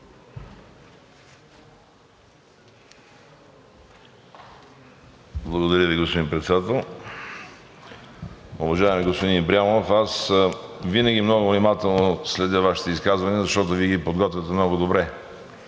Благодаря Ви, господин Председател. Уважаеми господин Ибрямов, аз винаги много внимателно следя Вашите изказвания, защото Вие ги подготвяте много добре.